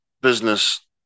business